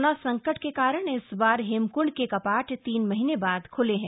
corona संकट के कारण इस बार हेमक्ंड के कपाट तीन महीने बाद ख्ले हैं